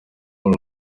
uri